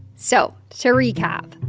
so to recap,